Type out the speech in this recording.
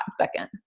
second